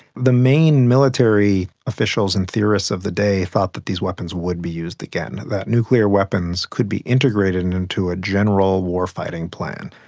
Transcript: the main military officials and theorists of the day thought that these weapons would be used again, that nuclear weapons could be integrated into a general war-fighting plan.